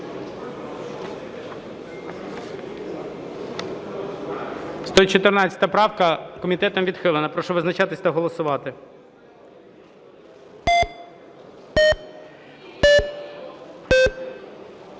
114 правка. Комітетом відхилена. Прошу визначатись та голосувати.